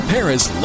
Paris